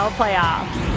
playoffs